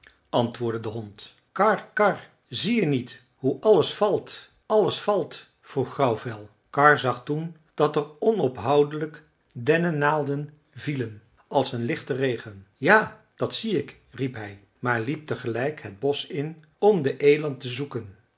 antwoordde de hond karr karr zie je niet hoe alles valt alles valt vroeg grauwvel karr zag toen dat er onophoudelijk dennenaalden vielen als een lichte regen ja dat zie ik riep hij maar liep tegelijk het bosch in om den eland te zoeken